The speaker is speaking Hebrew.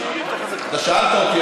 אתה שאלת אותי,